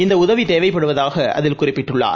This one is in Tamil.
இந்த உதவி தேவைப்படுவதாக அதில் குறிப்பிட்டுள்ளார்